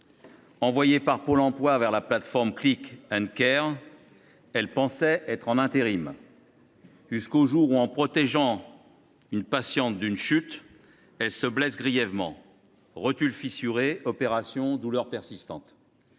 Envoyée par Pôle emploi vers la plateforme Click & Care, elle pensait être en intérim, jusqu’au jour où, en protégeant une patiente d’une chute, elle s’est blessée grièvement : rotule fissurée, opération, douleurs persistantes.